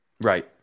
Right